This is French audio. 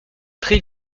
très